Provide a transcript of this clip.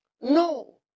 No